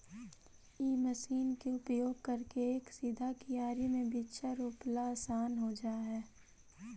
इ मशीन के उपयोग करके एक सीधा कियारी में बीचा रोपला असान हो जा हई